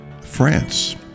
France